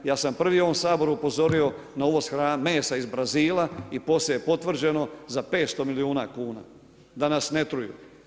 Ja sam prvi u ovom Saboru upozorio na uvoz mesa iz Brazila i poslije je potvrđeno za 500 milijuna kuna, da nas ne truju.